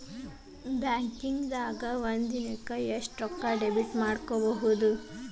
ಬ್ಯಾಂಕಿಂದಾ ಒಂದಿನಕ್ಕ ಎಷ್ಟ್ ರೊಕ್ಕಾ ಡೆಬಿಟ್ ಮಾಡ್ಕೊಬಹುದು?